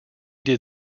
did